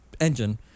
engine